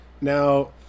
Now